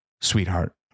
sweetheart